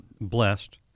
blessed